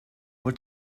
what